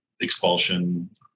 expulsion